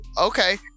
okay